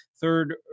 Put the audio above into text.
third